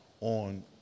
on